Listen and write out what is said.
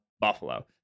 buffalo